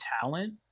talent